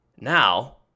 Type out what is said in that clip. Now